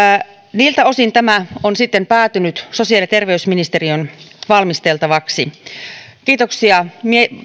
niiltä osin tämä on sitten päätynyt sosiaali ja terveysministeriön valmisteltavaksi kiitoksia